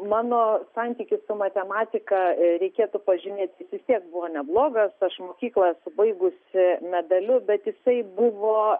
mano santykis su matematika reikėtų pažymėt jis vis tiek buvo neblogas aš mokyklą esu baigusi medaliu bet jisai buvo